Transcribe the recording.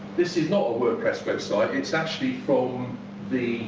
this is not a wordpress website, it is actually from the